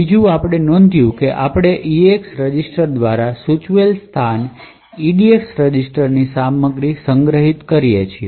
ત્રીજું આપણે નોંધ્યું છે કે આપણે EAX રજીસ્ટર દ્વારા સૂચવેલા સ્થાને EDX રજીસ્ટરની સામગ્રી સંગ્રહિત કરીએ છીએ